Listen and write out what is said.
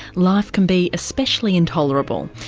life can be especially intolerable.